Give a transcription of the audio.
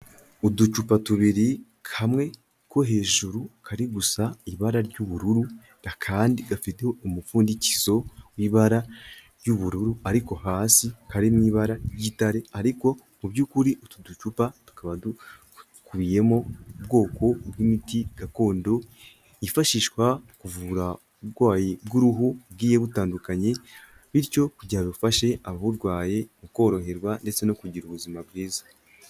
Uducupa tubiri, kamwe ko hejuru kari gusa ibara ry'ubururu, akandi gafite umupfundikizo w'ibara ry'ubururu ariko hasi kari mu ibara ry'igitare, ariko mu by'ukuri utu ducupa tukaba dukubiyemo ubwoko bw'imiti gakondo, yifashishwa mu kuvura uburwayi bw'uruhu bugiye butandukanye, bityo kugira dufashe ababurwaye mu koroherwa ndetse no kugira ubuzima bwiza.